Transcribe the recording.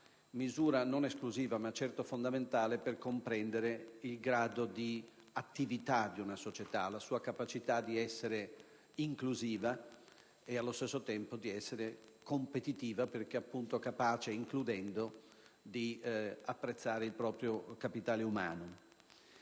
misura non esclusiva ma certo fondamentale per comprendere il grado di attività di una società, la sua capacità di essere inclusiva e allo stesso tempo competitiva, perché appunto capace, includendo, di apprezzare il proprio capitale umano.